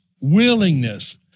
willingness